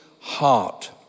heart